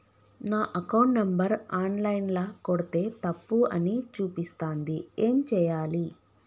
నా account number online ల కొడ్తే తప్పు అని చూపిస్తాంది ఏం చేయాలి?